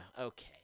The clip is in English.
Okay